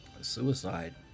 suicide